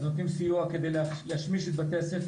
אז נותנים סיוע כדי להשמיש את בתי הספר